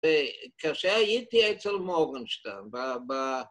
‫וכשהייתי אצל מורגנשטיין ב...